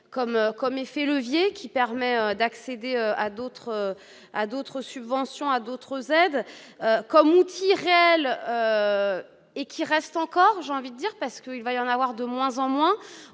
comme effet levier qui permet d'accéder à d'autres, à d'autres subventions à d'autres aides comme outil réel et qui reste encore janvie dire parce que il va y en avoir de moins en moins